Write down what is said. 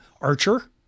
Archer